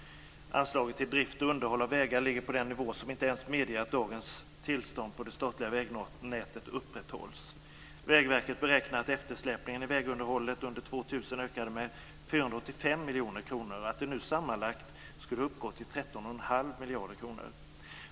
Anslagen till drift och underhåll av vägar ligger på en nivå som inte ens medger att dagens tillstånd på det statliga vägnätet upprätthålls. Vägverket beräknar att eftersläpningen i vägunderhållet under 2000 ökade med 485 miljoner kronor och att det nu sammantaget uppgår till 13,5 miljarder kronor.